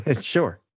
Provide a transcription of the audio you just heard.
Sure